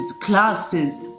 classes